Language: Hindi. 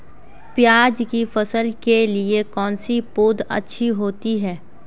प्याज़ की फसल के लिए कौनसी पौद अच्छी होती है?